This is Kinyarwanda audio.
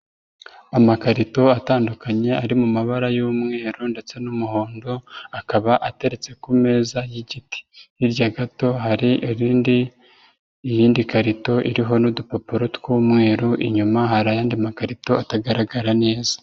Amakarito atandukanye ari mu mabara y'umweru ndetse n'umuhondo, akaba ateretse ku meza y'igiti. hirya gato hari irindi karito iriho n'udupapuro tw'umweru, inyuma hari ayandi makarito atagaragara neza.